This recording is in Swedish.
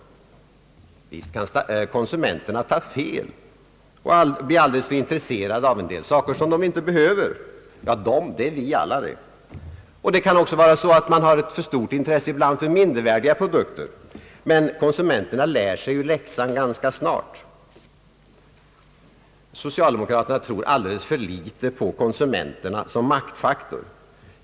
Visst kan konsumenterna ta fel och bli alldeles för intresserade av saker som de inte behöver. »De», det är vi det. Man kan också ibland få för stort intresse av mindervärda produkter. Men konsumenterna lär sig läxan ganska snart. Socialdemokraterna tror alldeles för lite på konsumenterna som maktfaktor.